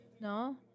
no